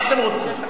מה אתם רוצים?